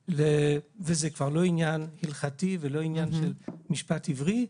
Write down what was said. וזה כבר לא עניין הלכתי ולא עניין של משפט עברי,